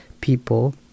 people